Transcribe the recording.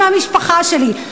מהמשפחה שלי.